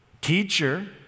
teacher